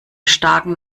starken